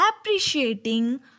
appreciating